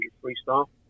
freestyle